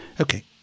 Okay